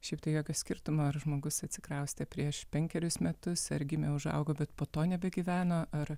šiaip tai jokio skirtumo ar žmogus atsikraustė prieš penkerius metus ar gimė užaugo bet po to nebegyveno ar